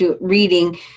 reading